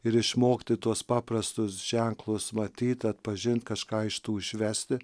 ir išmokti tuos paprastus ženklus matyt atpažint kažką iš tų išvesti